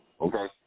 okay